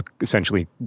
essentially